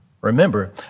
Remember